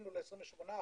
קיווינו ל-28%,